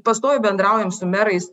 pastoviai bendraujam su merais